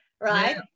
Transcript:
right